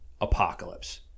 apocalypse